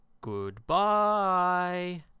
Goodbye